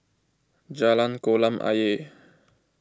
Jalan Kolam Ayer